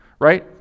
right